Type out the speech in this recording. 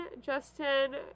Justin